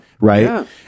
Right